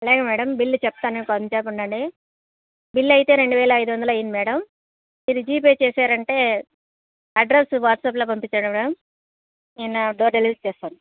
లేదు madam bill చెప్తాను కొంచెం సేపు ఉండండి బిల్ అయితే రెండు వేల ఐదు వందలు అయ్యింది మేడం మీరు జీపే చేశారంటే అడ్రస్ వాట్సప్లో పంపించాను మేడం నేను డోర్ డెలివరీ చేస్తాను